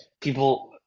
people